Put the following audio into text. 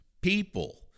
people